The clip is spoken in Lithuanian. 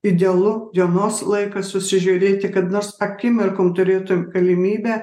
idealu dienos laiką susižiūrėti kad nors akimirkom turėtum galimybę